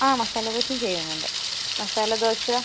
അതെ മസാല ദോശയും ചെയ്യുന്നുണ്ട് മസാല ദോശ